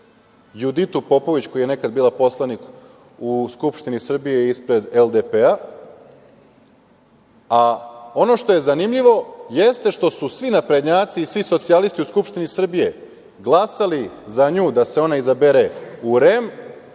Juditu Popović, koja je nekada bila poslanik u Skupštini Srbije ispred LDP. Ono što je zanimljivo jeste što su svi naprednjaci i svi socijalisti u Skupštini Srbije glasali za nju da se ona izabere u REM,